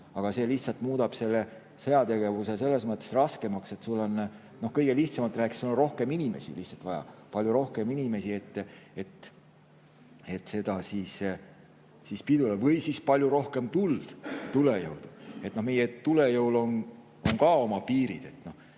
aga see lihtsalt muudab sõjategevuse selles mõttes raskemaks, et sul on, kõige lihtsamalt rääkides, lihtsalt rohkem inimesi vaja, palju rohkem inimesi, et [vastast] pidurdada, või siis palju rohkem tuld, tulejõudu. Meie tulejõul on ka oma piirid.